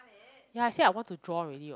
ya I said I want to draw already [what]